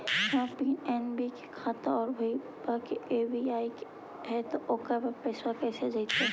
हमर पी.एन.बी के खाता है और भईवा के एस.बी.आई के है त ओकर पर पैसबा कैसे जइतै?